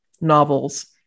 novels